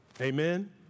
Amen